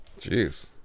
Jeez